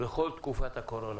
בכל תקופת הקורונה.